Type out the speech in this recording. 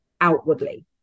outwardly